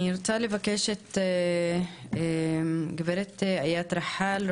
אני רוצה לבקש את גברת איאת רחאל,